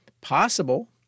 Possible